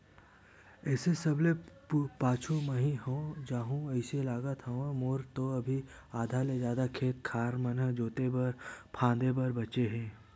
एसो सबले पाछू मही ह हो जाहूँ अइसे लगत हवय, मोर तो अभी आधा ले जादा खेत खार मन जोंते फांदे बर बचें हे